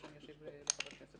לשאלתו של חבר הכנסת